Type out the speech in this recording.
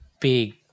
big